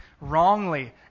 wrongly